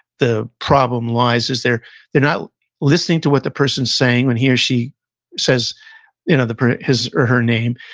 the problem lies, is they're they're not listening to what the person is saying, when he or she says you know his or her name,